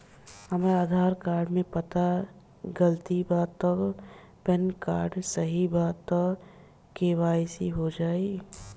हमरा आधार कार्ड मे पता गलती बा त पैन कार्ड सही बा त के.वाइ.सी हो जायी?